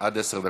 עד עשר דקות,